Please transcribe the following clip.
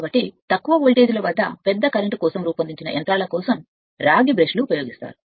కాబట్టి తక్కువ వోల్టేజీల వద్ద పెద్ద కరెంట్ కోసం రూపొందించిన యంత్రాల కోసం రాగి బ్రష్ వాడకం తయారు చేయబడింది